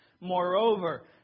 Moreover